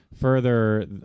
further